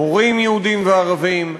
מורים יהודים וערבים,